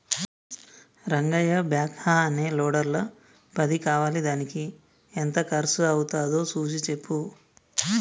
Rangayya backhoe అనే లోడర్ల పది కావాలిదానికి ఎంత కర్సు అవ్వుతాదో సూసి సెప్పు